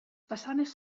façanes